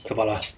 吃饱啦